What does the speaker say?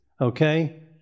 okay